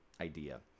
idea